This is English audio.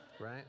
right